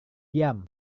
diam